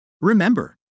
Remember